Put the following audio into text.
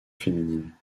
féminine